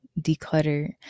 declutter